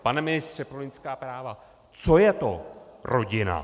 Pane ministře pro lidská práva, co je to rodina?